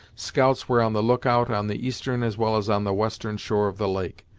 scouts were on the look-out on the eastern as well as on the western shore of the lake,